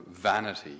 vanity